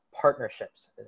partnerships